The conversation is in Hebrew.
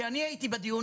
כי אני הייתי בדיון,